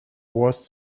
was